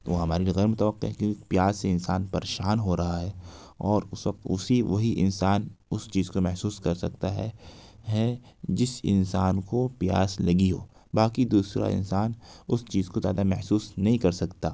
وہ ہمارے لیے غیرمتوقع ہے کیونکہ پیاس سے انسان پریشان ہو رہا ہے اور اس وقت اسی وہی انسان اس چیز کو محسوس کر سکتا ہے ہے جس انسان کو پیاس لگی ہو باقی دوسرا انسان اس چیز کو زیادہ محسوس نہیں کر سکتا